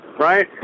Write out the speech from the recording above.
Right